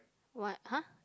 what !huh!